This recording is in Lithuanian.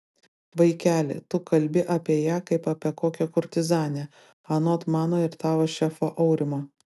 vaikeli tu kalbi apie ją kaip apie kokią kurtizanę anot mano ir tavo šefo aurimo